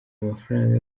amafaranga